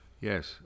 Yes